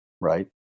right